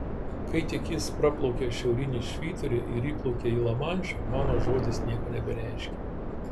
kai tik jis praplaukia šiaurinį švyturį ir įplaukia į lamanšą mano žodis nieko nebereiškia